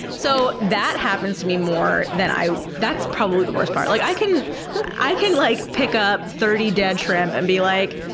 so that happens to me more than i. that's probably the worst part. like i can i can like pick up thirty dead shrimp and be like,